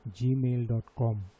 gmail.com